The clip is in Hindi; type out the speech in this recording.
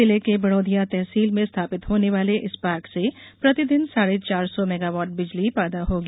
जिले की बड़ोदिया तहसील में स्थापित होने वाले इस पार्क से प्रतिदिन साढ़े चार सौ मेगावाट बिजली पैदा होगी